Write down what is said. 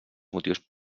motius